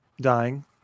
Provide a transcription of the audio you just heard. dying